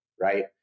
right